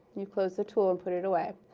you closed the tool and put it away.